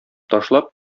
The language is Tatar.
ташлап